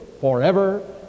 forever